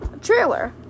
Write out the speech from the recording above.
trailer